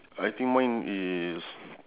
I think mine is